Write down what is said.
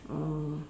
orh